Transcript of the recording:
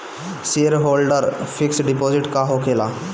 Shareholder fix deposit का होखे ला?